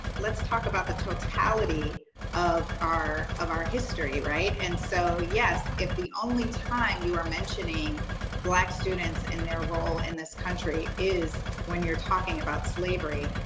let's talk about the totality of our of our history right? and so, yes. if the only time you are mentioning black students and their role in this country is when you're talking about slavery,